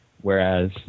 whereas